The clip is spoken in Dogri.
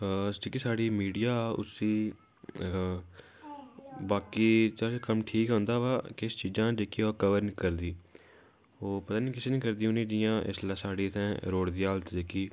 जेह्की साढ़ी मीडिया उसी बाकी चाहें कम्म ठीक ऐ उं'दा बा किश चीजां न जेह्कियां ओह् कवर नेईं करदी ओह् पता नी किश नी करदी जियां हून साढ़ी इसलै इत्थैं साढ़ी रोड दी हालत जेह्की